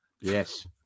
yes